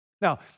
Now